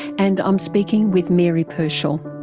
and i'm speaking with mary pershall.